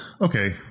okay